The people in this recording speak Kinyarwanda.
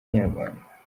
nyarwanda